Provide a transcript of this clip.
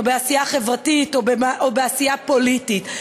בעשייה חברתית או בעשייה פוליטית,